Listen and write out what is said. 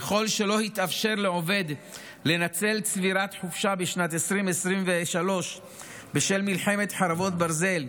ככל שלא התאפשר לעובד לנצל צבירת חופשה בשנת 2023 בשל מלחמת חרבות ברזל,